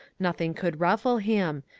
nothing could raffle him,